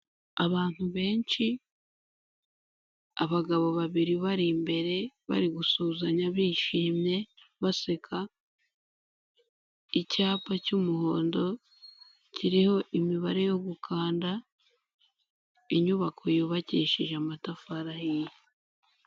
Abantu benshi, abagabo babiri bari imbere, bari gusuhuzanya bishimye, baseka, icyapa cy'umuhondo kiriho imibare yo gukanda, inyubako yubakishije amatafari ahiye.